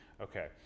Okay